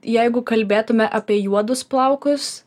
jeigu kalbėtume apie juodus plaukus